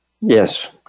Yes